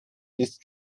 ist